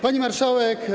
Pani Marszałek!